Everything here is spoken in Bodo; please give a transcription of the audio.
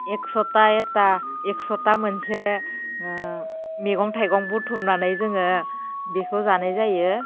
एक सथा एथा एक सथा मोनसे मैगं थाइगं बुथुमनानै जोङो बेखौ जानाय जायो